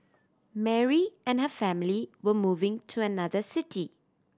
Mary and her family were moving to another city